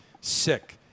sick